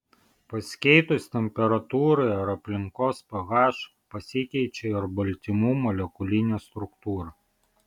pasikeitus temperatūrai ar aplinkos ph pasikeičia ir baltymų molekulinė struktūra